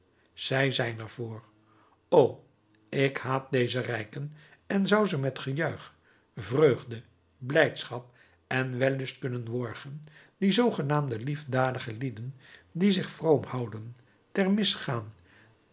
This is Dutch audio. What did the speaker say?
zij zijn er voor o ik haat deze rijken en zou ze met gejuich vreugde blijdschap en wellust kunnen worgen die zoogenaamde liefdadige lieden die zich vroom houden ter